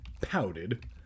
pouted